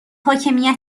حاکمیت